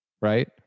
right